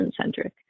centric